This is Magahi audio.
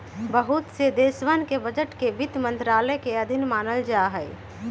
बहुत से देशवन के बजट के वित्त मन्त्रालय के अधीन मानल जाहई